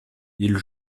ils